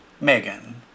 Megan